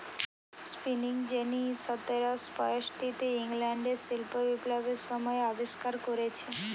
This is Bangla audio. স্পিনিং যিনি সতেরশ পয়ষট্টিতে ইংল্যান্ডে শিল্প বিপ্লবের সময় আবিষ্কার কোরেছে